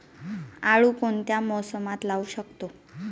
आळू कोणत्या मोसमात लावू शकतो?